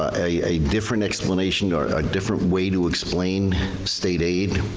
ah a different explanation or a different way to explain state aid,